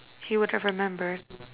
if you were to remember